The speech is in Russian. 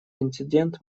инцидент